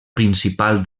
principal